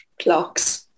clocks